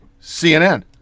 CNN